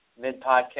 mid-podcast